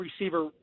receiver